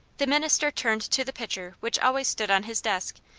the minister turned to the pitcher, which always stood on his desk,